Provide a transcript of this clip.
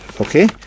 Okay